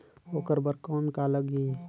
ओकर बर कौन का लगी?